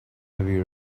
heavy